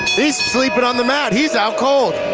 he's sleeping on the mat, he's out cold.